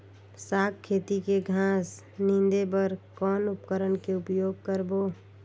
साग खेती के घास निंदे बर कौन उपकरण के उपयोग करबो?